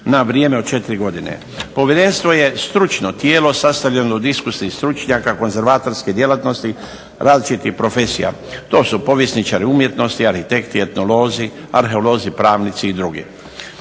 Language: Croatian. na vrijeme od 4 godine. Povjerenstvo je stručno tijelo sastavljeno od iskusnih stručnjaka, konzervatorske djelatnosti, različitih profesija. To su povjesničari umjetnosti, arhitekti, etnolozi, arheolozi, pravnici i drugi